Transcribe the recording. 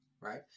right